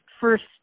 first